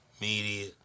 media